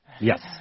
Yes